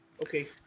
Okay